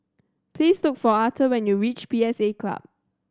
please look for Arthor when you reach P S A Club